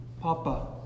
Papa